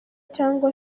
cyangwa